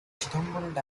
stumbled